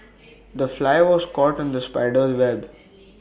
the fly was caught in the spider's web